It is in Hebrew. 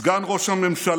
סגן ראש הממשלה,